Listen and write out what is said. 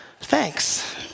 Thanks